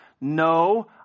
no